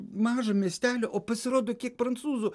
mažą miestelį o pasirodo kiek prancūzų